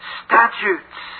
statutes